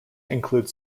include